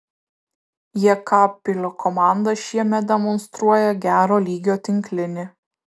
jekabpilio komanda šiemet demonstruoja gero lygio tinklinį